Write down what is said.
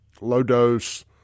low-dose